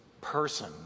person